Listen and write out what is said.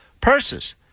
purses